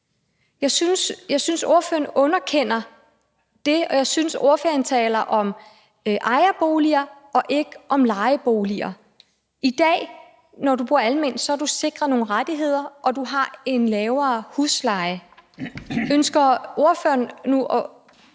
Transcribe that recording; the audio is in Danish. Jeg synes, at ordføreren underkender det, og jeg synes, at ordføreren taler om ejerboliger og ikke om lejeboliger. Når du bor alment, er du i dag sikret nogle rettigheder, og du har en lavere husleje. Ønsker ordføreren